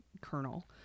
kernel